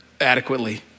adequately